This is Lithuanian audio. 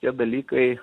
tie dalykai